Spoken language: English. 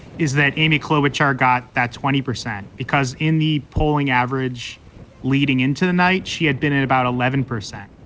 is that amy klobuchar got that twenty percent. because in the polling average leading into the night, she had been in about eleven percent.